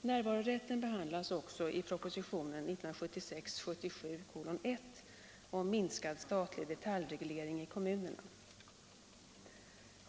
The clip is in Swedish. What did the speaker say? Närvarorätten behandlas också i propositionen 1976/77:1 om minskad statlig detaljreglering i kommunerna.